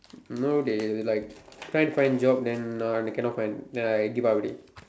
no dey like trying to find job then now I cannot find then I give up already